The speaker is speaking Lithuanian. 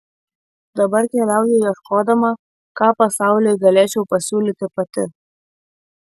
dabar keliauju ieškodama ką pasauliui galėčiau pasiūlyti pati